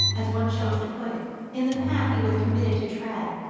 as one chose to put it in the path he was committed to tread,